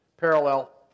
Parallel